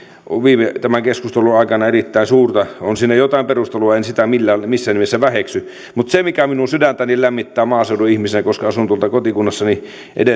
tämän keskustelun aikana erittäin suurta on siinä jotain perusteltua en sitä missään nimessä väheksy mutta se mikä minun sydäntäni lämmittää maaseudun ihmisenä koska asun tuolla kotikunnassani